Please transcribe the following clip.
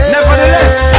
Nevertheless